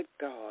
God